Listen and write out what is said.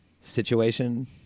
situation